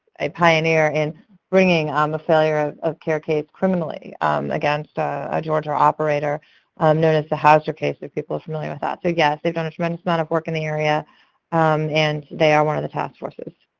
a pioneer in bringing um the failure of of care case criminally against a georgia operator known as the howser case if people are familiar with ah so that. they've done a tremendous amount of work in the area and they are one of the task forces.